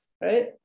right